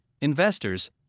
investors